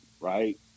Right